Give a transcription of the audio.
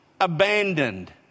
abandoned